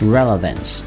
Relevance